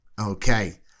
Okay